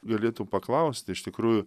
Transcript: galėtų paklausti iš tikrųjų